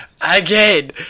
again